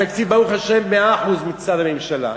התקציב, ברוך השם, מאה אחוז, מצד הממשלה.